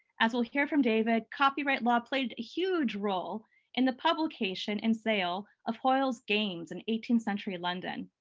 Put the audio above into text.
as we'll hear from david, copyright law played a huge role in the publication and sale of hoyle's games in eighteenth century london.